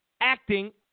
acting